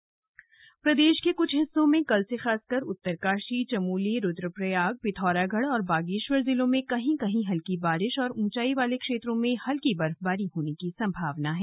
मौसम प्रदेश के कुछ हिस्सों में कल से खासकर उत्तराशी चमोली रुद्रप्रयाग पिथौरागढ़ और बागेश्वर जिलों में कहीं कहीं हल्की बारिश और ऊंचाई वाले क्षेत्रों में हल्की बर्फबारी होने की संभावना है